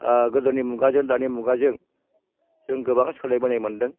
गोदोनि मुगाजों दानि मुगाजों जों गोबां सोलायबोनाय मोनदों